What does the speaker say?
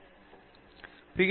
எனவே பி